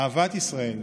אהבת ישראל,